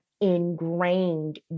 ingrained